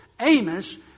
Amos